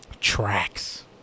Tracks